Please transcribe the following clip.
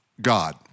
God